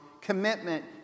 commitment